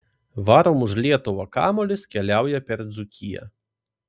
varom už lietuvą kamuolys keliauja per dzūkiją